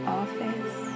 office